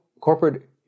corporate